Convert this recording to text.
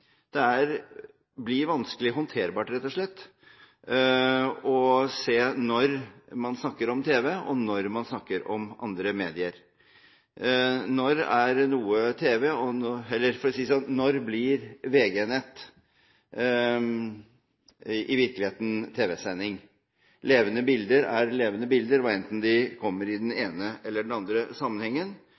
Det blir vanskelig håndterbart rett og slett å se når man snakker om tv, og når man snakker om andre medier. Når blir VG-nett i virkeligheten tv-sending? Levende bilder er levende bilder enten de kommer i den ene eller den andre sammenhengen,